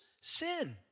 sin